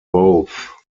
both